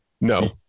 No